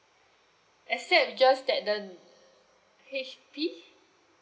except just that the H_P